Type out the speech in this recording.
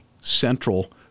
Central